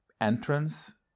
entrance